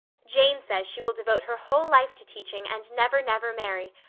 jane says she will devote her whole life to teaching, and never, never marry,